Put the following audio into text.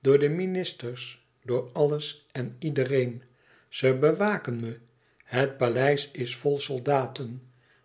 door de ministers door alles en iedereen ze bewaken me het paleis is vol soldaten